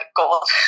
gold